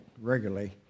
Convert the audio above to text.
regularly